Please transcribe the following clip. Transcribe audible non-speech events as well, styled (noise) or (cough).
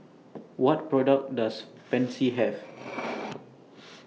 What products Does Pansy Have (noise)